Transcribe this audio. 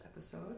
episode